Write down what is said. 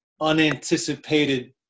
unanticipated